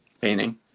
painting